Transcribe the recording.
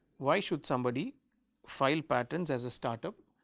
why should somebody file patents as a start-up?